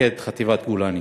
למפקד חטיבת גולני.